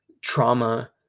trauma